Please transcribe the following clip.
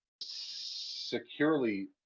securely